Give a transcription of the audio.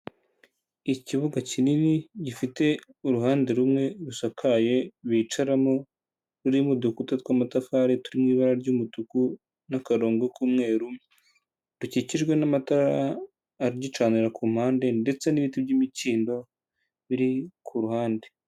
Ikibuga kinini gifite uruhande rumwe rusakaye bicaramo rurimo udukuta tw'amatafari turi mu ibara ry'umutuku n'akarongo k'umweru dukikijwe n'amatara agicanira ku mpande ndetse n'ibiti by'imikindo biri ku ruhande.